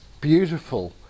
beautiful